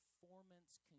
performance